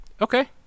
Okay